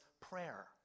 prayer